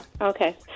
Okay